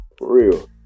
real